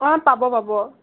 অঁ পাব পাব